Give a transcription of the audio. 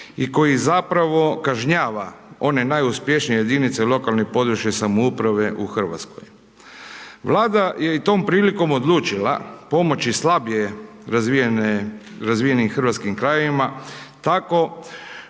i koji zapravo kažnjava one najuspješnije jedinice lokalne i područne samouprave u Hrvatskoj. Vlada je tom prilikom odlučila pomoći slabije razvijenim hrvatskim krajevima, tako